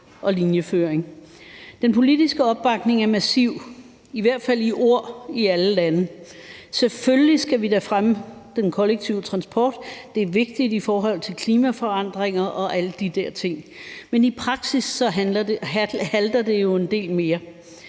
og linjeføring. Den politiske opbakning er massiv, i hvert fald i ord, i alle lande. Selvfølgelig skal vi da fremme den kollektive transport; det er vigtigt i forhold til klimaforandringer og alle de der ting. Men i praksis halter det jo en del mere.